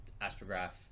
Astrograph